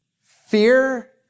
Fear